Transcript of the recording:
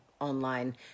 online